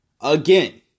Again